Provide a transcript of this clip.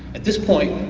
at this point,